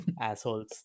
Assholes